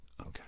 okay